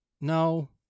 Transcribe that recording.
No